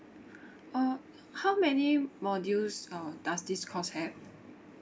uh how many modules uh does this course have